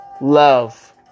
love